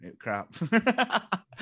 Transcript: crap